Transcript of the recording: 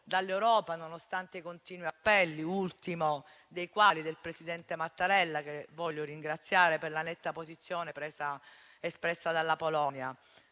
dall'Europa, nonostante i continui appelli, l'ultimo dei quali del presidente Mattarella, che voglio ringraziare per la netta posizione espressa in Polonia,